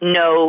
no